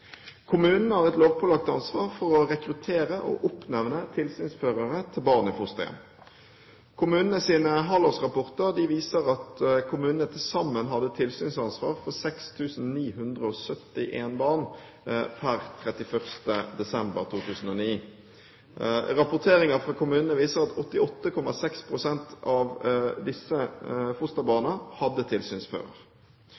Kommunen har et lovpålagt ansvar for å rekruttere og oppnevne tilsynsførere til barn i fosterhjem. Kommunenes halvårsrapporter viser at kommunene til sammen hadde tilsynsansvar for 6 971 barn per 31. desember 2009. Rapporteringer fra kommunene viser at 88,6 pst. av disse